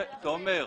זכויות.